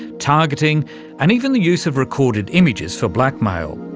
targeting and even the use of recorded images for blackmail.